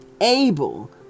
able